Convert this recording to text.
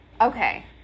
Okay